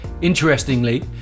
Interestingly